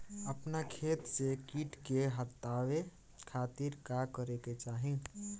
अपना खेत से कीट के हतावे खातिर का करे के चाही?